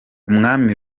umwami